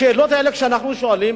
השאלות האלה שאנחנו שואלים,